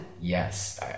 yes